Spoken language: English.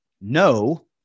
no